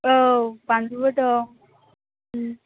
औ बानलुबो दं